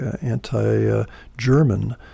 anti-German